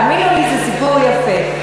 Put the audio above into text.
אבל תאמינו לי, זה סיפור יפה.